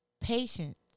patience